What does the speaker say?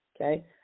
okay